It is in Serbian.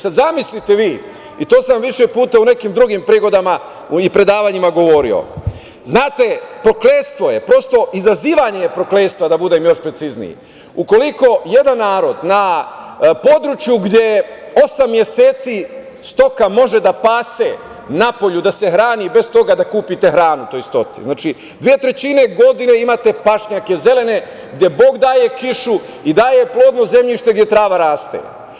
Sada, zamislite vi i to sam više puta na nekim drugim predavanjima govorio, prokletstvo je, izazivanje prokletstva, da budem još precizniji, ukoliko jedan narod na području gde osam meseci stoka može da pase napolju, da se hrani bez toga da kupite hranu toj stoci, znači, dve trećine godine imate pašnjake zelene, gde Bog daje kišu i daje plodno zemljište, gde trava raste.